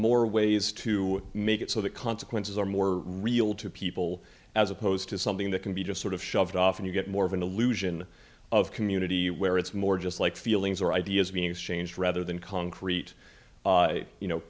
more ways to make it so the consequences are more real to people as opposed to something that can be just sort of shoved off and you get more of an illusion of community where it's more just like feelings or ideas being exchanged rather than concrete you know